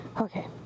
okay